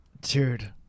Dude